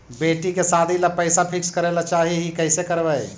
बेटि के सादी ल पैसा फिक्स करे ल चाह ही कैसे करबइ?